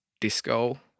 disco